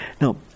Now